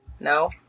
No